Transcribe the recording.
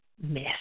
mess